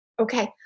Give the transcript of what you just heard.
Okay